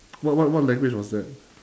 what what what language was that